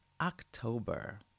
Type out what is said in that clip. October